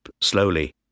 slowly